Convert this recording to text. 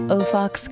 O'Fox